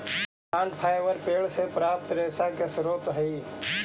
plant fibre पेड़ से प्राप्त रेशा के स्रोत हई